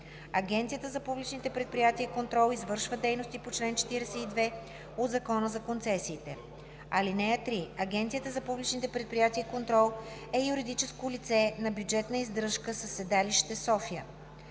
Агенцията за публичните предприятия и контрол извършва дейности по чл. 42 от Закона за концесиите. (3) Агенцията за публичните предприятия и контрол е юридическо лице на бюджетна издръжка със седалище София.